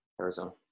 Arizona